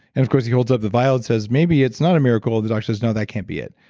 and of course, he holes up the vile and says, maybe it's not a miracle. the doctor says, no, that can't be it.